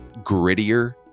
grittier